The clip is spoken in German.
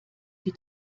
sie